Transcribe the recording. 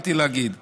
התחלתי להגיד :